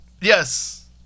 Yes